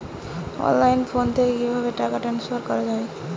অনলাইনে ফোন থেকে কিভাবে টাকা ট্রান্সফার করা হয়?